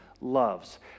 loves